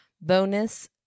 bonus